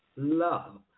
Love